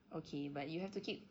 okay but you have to keep